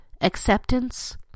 acceptance